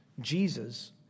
Jesus